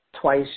twice